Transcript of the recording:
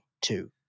two